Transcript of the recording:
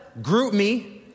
GroupMe